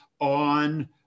on